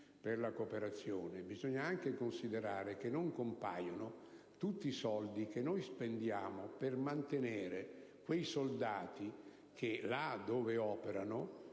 per la cooperazione si deve anche considerare che non compaiono tutti i soldi che si spendono per mantenere quei soldati che là dove operano